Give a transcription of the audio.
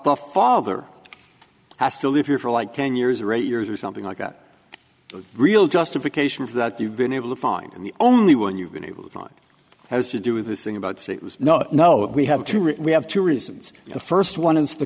the father has to live here for like ten years or eight years or something like that real justification of that you've been able to find and the only one you've been able to find has to do with this thing about it was no no we have to have two reasons the first one is the